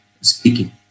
speaking